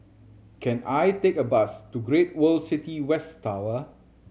can I take a bus to Great World City West Tower